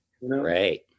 Right